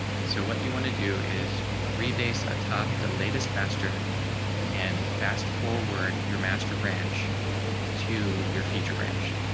and so what you want to do is replace a top the latest master and fast forward your master branch to your feature branch.